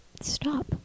stop